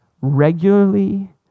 regularly